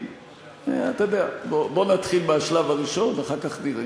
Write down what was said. אתה יודע, בוא נתחיל מהשלב הראשון, ואחר כך נראה.